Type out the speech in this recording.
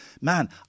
Man